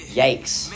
yikes